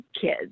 kids